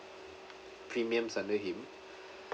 premiums under him